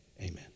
amen